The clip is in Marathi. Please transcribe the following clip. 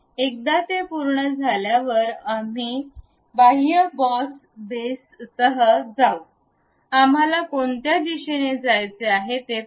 एकदा ते पूर्ण झाल्यावर आम्ही बाह्य बॉस बेससह जाऊ आम्हाला कोणत्या दिशेने जायचे आहे ते पहा